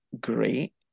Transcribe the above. great